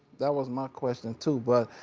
that was my question too, but.